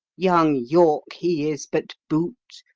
young york he is but boot,